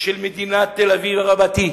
של מדינת תל-אביב רבתי.